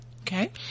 Okay